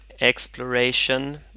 exploration